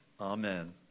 Amen